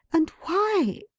and why?